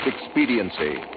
expediency